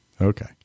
Okay